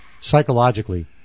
psychologically